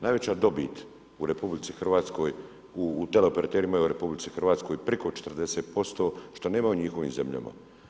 Najveća dobit u RH u teleoperaterima je u RH, preko 40%, što nema u njihovim zemljama.